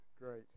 great